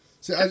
See